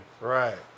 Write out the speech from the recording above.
Right